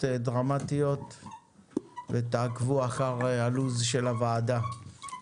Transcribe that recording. דרמטיות ותעקבו אחר הלו"ז של הוועדה.